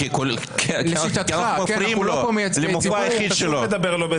כי אנחנו לא מייצגי ציבור פה.